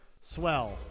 Swell